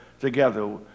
together